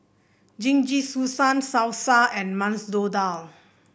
Jingisukan Salsa and Masoor Dal